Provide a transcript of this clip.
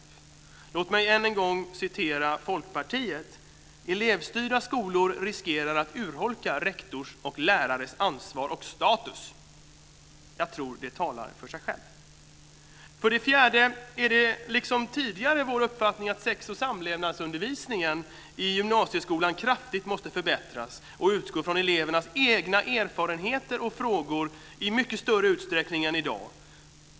Låt mig än en gång citera Folkpartiet som skriver "att elevstyrda skolor riskerar att urholka rektors och lärares ansvar och status". Jag tror det talar för sig själv. För det fjärde är det, liksom tidigare, vår uppfattning att sex och samlevnadsundervisningen i gymnasieskolan kraftigt måste förbättras och utgå från elevernas egna erfarenheter och frågor i mycket större utsträckning än i dag.